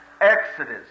Exodus